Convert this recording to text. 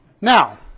Now